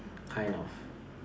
kind of